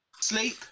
sleep